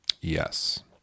Yes